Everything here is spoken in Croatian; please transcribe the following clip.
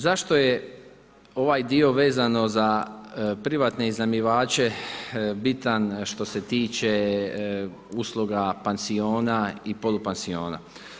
Zašto je ovaj dio vezano za privatne iznajmljivače bitan što se tiče usluga, pansiona i polupansiona.